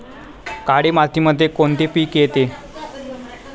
काळी मातीमध्ये कोणते पिके येते?